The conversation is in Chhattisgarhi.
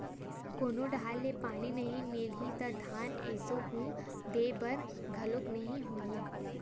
कोनो डहर ले पानी नइ मिलही त धान एसो हुम दे बर घलोक नइ होही